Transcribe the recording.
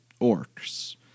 orcs